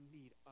need